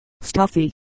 stuffy